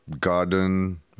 garden